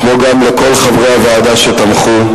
כמו גם לכל חברי הוועדה שתמכו,